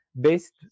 based